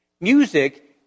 Music